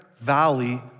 valley